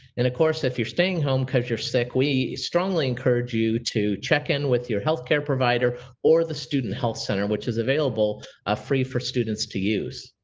course if you're staying home because you're sick we strongly encourage you to check in with your healthcare provider or the student health center which is available ah free for students to use.